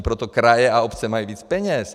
Proto kraje a obce mají víc peněz.